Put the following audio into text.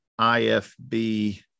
IFB